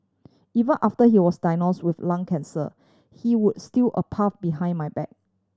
even after he was diagnose with lung cancer he would steal a puff behind my back